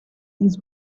his